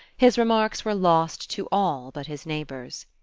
his remarks were lost to all but his neighbours.